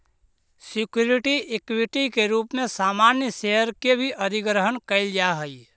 security equity के रूप में सामान्य शेयर के भी अधिग्रहण कईल जा हई